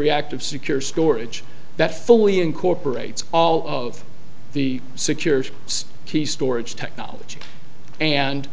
reactive secure storage that fully incorporates all of the secure key storage technology and